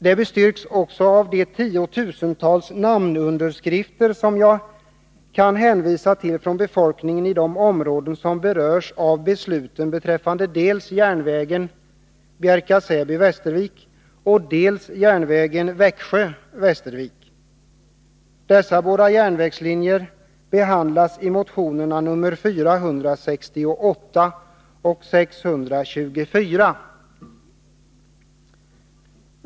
Det bestyrks också av de tiotusentals namnunderskrifter som jag kan hänvisa till från befolkningen i de områden som berörs av besluten beträffande dels järnvägen Bjärka/Säby-Västervik, dels järnvägen Växjö-Västervik. Frågan om dessa båda järnvägslinjer behandlas i motionerna 468 och 624.